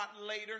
later